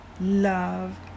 love